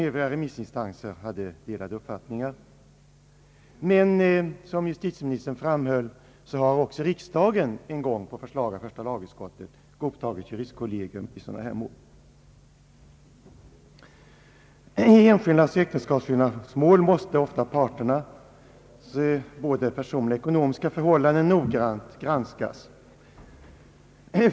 Övriga remissinstanser har haft delade uppfattningar. Men som justitieministern framhöll har också riksdagen en gång på förslag av första lagutskottet godtagit juristkollegium i sådana mål. I hemskillnadsoch äktenskapsskillnadsmål måste ofta parternas både personliga och ekonomiska förhållanden noggrant granskas.